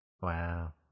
Wow